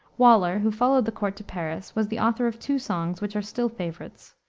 waller, who followed the court to paris, was the author of two songs, which are still favorites,